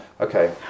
Okay